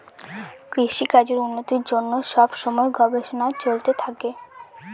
কৃষিকাজের উন্নতির জন্য সব সময় গবেষণা চলতে থাকে